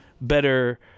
better